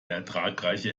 ertragreiche